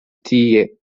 tie